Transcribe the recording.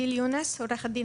אני